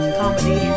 comedy